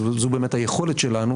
זו באמת היכולת שלנו,